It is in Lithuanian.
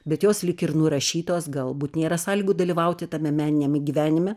bet jos lyg ir nurašytos galbūt nėra sąlygų dalyvauti tame meniniam gyvenime